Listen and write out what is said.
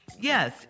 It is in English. Yes